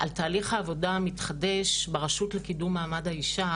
על תהליך העבודה המתחדש ברשות לקידום מעמד האישה